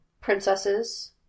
Princesses